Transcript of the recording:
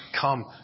come